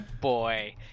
boy